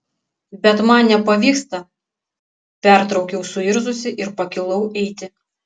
bet man nepavyksta pertraukiau suirzusi ir pakilau eiti